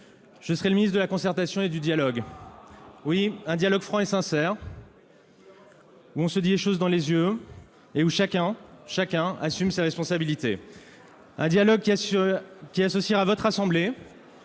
Je serai le ministre de la concertation et du dialogue franc et sincère, où l'on se dit les choses dans les yeux et où chacun assume ses responsabilités, un dialogue qui associera votre assemblée,